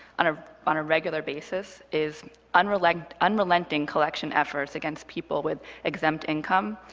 on ah on a regular basis is unrelenting unrelenting collection efforts against people with exempt income,